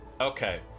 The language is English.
Okay